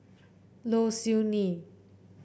Low Siew Nghee